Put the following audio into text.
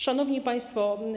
Szanowni Państwo!